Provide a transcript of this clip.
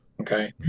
okay